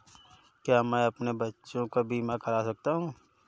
क्या मैं अपने बच्चों का बीमा करा सकता हूँ?